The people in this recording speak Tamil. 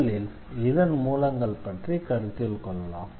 முதலில் இதன் மூலங்கள் பற்றி கருத்தில் கொள்ளலாம்